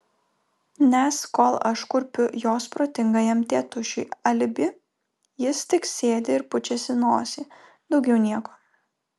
nes kol aš kurpiu jos protingajam tėtušiui alibi jis tik sėdi ir pučiasi nosį daugiau nieko